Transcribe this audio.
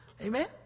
Amen